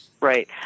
Right